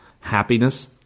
happiness